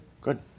Good